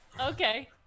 okay